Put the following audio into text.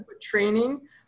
training